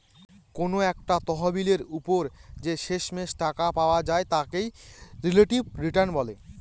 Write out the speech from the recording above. কোনো একটা তহবিলের ওপর যে শেষমেষ টাকা পাওয়া যায় তাকে রিলেটিভ রিটার্ন বলে